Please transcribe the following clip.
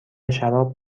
شراب